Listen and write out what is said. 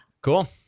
Cool